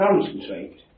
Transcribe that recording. concentrate